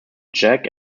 jack